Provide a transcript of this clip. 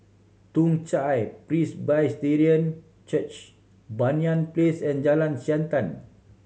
Toong Chai Presbyterian Church Banyan Place and Jalan Siantan